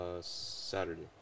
Saturday